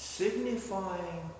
signifying